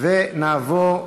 אפשר להוסיף?